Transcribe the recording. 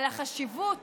על החשיבות